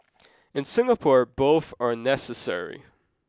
in Singapore both are necessary